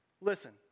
Listen